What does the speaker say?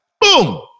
Boom